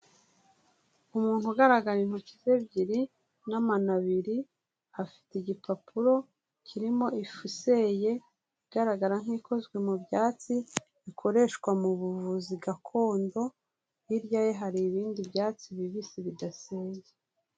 Umuntu ugaragara intoki ze ebyiri, n'amano abiri, afite igipapuro kirimo ifu iseye igaragara nk'ikozwe mu byatsi, bikoreshwa mu buvuzi gakondo, hirya ye hari ibindi byatsi bibisi bidaseye.